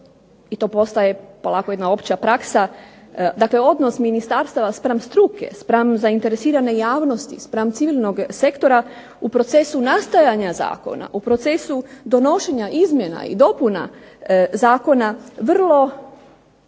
i to postaje polako jedna opća praksa, dakle odnos ministarstava spram struke, spram zainteresirane javnosti, spram civilnog sektora u procesu nastajanja zakona, u procesu donošenja izmjena i dopuna zakona vrlo